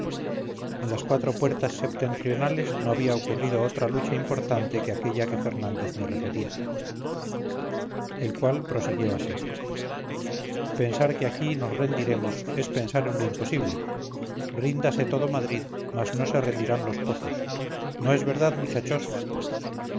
en las cuatro puertas septentrionales no había ocurrido otra lucha importante que aquella que fernández me refería el cual prosiguió así pensar que aquí nos rendiremos es pensar en lo imposible ríndase todo madrid mas no se rendirán los pozos no es verdad muchachos